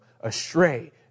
astray